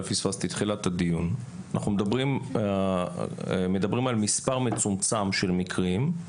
אנחנו מדברים על מספר מצומצם של מקרים,